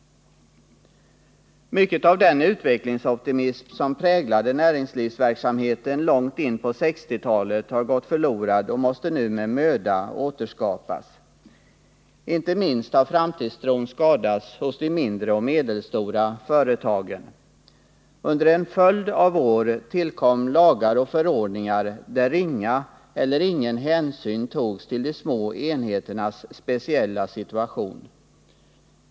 Mycket av den utvecklingsoptimism som präglade näringslivsverksamheten långt in på 1960-talet har gått förlorad och måste nu med möda återskapas. Inte minst har framtidstron skadats hos de mindre och medelstora företagen. Under en följd av år tillkom lagar och förordningar där ringa eller ingen hänsyn togs till de små enheternas speciella situation.